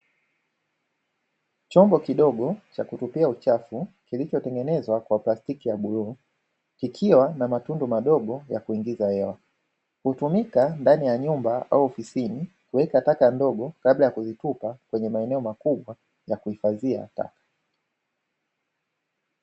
Chombo kidogo cha kutunzia uchafu kilichotengenezwa kwa plastiki ya bluu kikiwa na matundu madogo ya kuingiza hewa, hutumika nfani ya nyumba au ofisini kuweka taka ndogo kabla ya kuzitupa kwenye maeneo makubwa ya kuhifadhia taka.